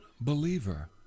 believer